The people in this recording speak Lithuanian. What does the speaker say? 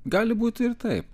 gali būti ir taip